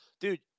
dude